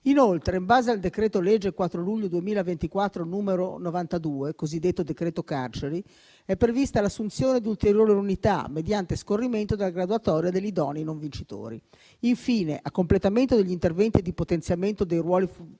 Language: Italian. Inoltre, in base al decreto legge 4 luglio 2024, n. 92 (il cosiddetto decreto carceri), è prevista l'assunzione di ulteriori unità mediante scorrimento della graduatoria degli idonei non vincitori. Infine, a completamento degli interventi di potenziamento del ruolo funzionari,